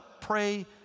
pray